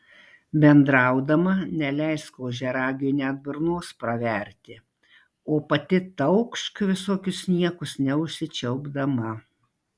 bendraudama neleisk ožiaragiui net burnos praverti o pati taukšk visokius niekus neužsičiaupdama